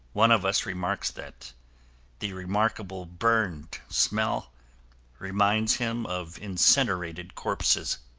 one of us remarks that the remarkable burned smell reminds him of incinerated corpses.